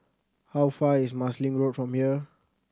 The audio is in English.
how far is Marsiling Road from here